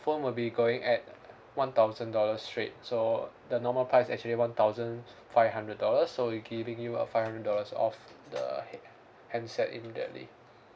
phone will be going at one thousand dollars rate so uh the normal price actually one thousand five hundred dollars so we giving you a five hundred dollars off the head~ handset immediately